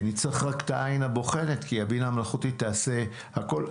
נצטרך רק את העין הבוחנת כי הבינה המלאכותית תעשה הכול.